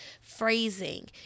phrasing